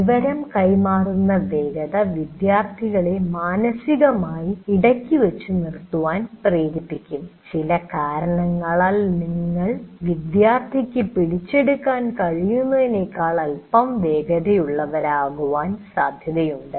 വിവരങ്ങൾ കൈമാറുന്ന വേഗത വിദ്യാർത്ഥികളെ മാനസികമായി ഇടക്ക് വച്ച് നിർത്താൻ പ്രേരിപ്പിക്കും ചില കാരണങ്ങളാൽ നിങ്ങൾ വിദ്യാർത്ഥിക്ക് പിടിച്ചെടുക്കാൻ കഴിയുന്നതിനേക്കാൾ അൽപ്പം വേഗതയുള്ളവരാകാൻ സാധ്യതയുണ്ട്